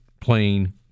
plain